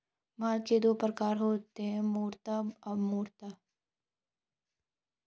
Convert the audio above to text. माल दो प्रकार के होते है मूर्त अमूर्त